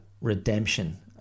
redemption